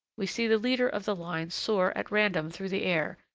we see the leader of the line soar at random through the air,